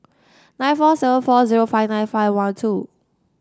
nine four seven four zero five nine five one two